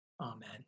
Amen